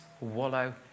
wallow